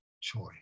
choice